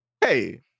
Hey